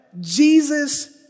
Jesus